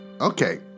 okay